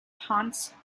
ponce